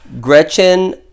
Gretchen